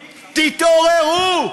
תתעוררו,